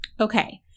Okay